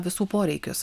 visų poreikius